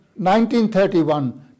1931